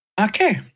Okay